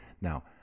Now